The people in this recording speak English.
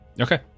Okay